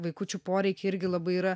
vaikučių poreikiai irgi labai yra